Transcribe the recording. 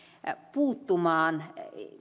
puuttumaan